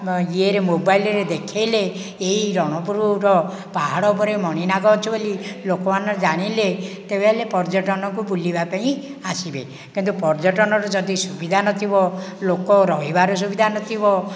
ୟେରେ ମୋବାଇଲରେ ଦେଖାଇଲେ ଏହି ରଣପୁରର ପାହାଡ଼ ଉପରେ ମଣିନାଗ ଅଛି ବୋଲି ଲୋକମାନେ ଜାଣିଲେ ତେବେ ହେଲେ ପର୍ଯ୍ୟଟନକୁ ବୁଲିବା ପାଇଁ ଆସିବେ କିନ୍ତୁ ପର୍ଯ୍ୟଟନର ଯଦି ସୁବିଧା ନଥିବ ଲୋକ ରହିବାର ସୁବିଧା ନଥିବ